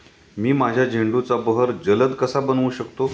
मी माझ्या झेंडूचा बहर जलद कसा बनवू शकतो?